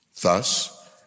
Thus